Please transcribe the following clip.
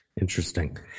Interesting